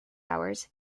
hours